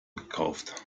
gekauft